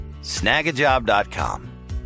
snagajob.com